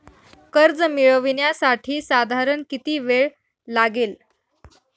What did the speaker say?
कर्ज मिळविण्यासाठी साधारण किती वेळ लागेल?